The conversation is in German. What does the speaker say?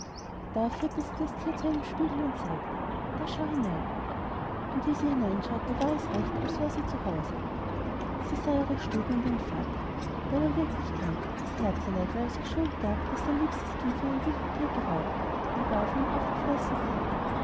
da führte sie das thier zu einem spiegel und sagte da schau hinein und wie sie hineinschaute war es recht als wäre sie zu haus sie sah ihre stube und ihren vater der war wirklich krank aus herzeleid weil er sich schuld gab daß sein liebstes kind von einem wilden thier geraubt und gar von ihm aufgefressen sey